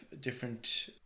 different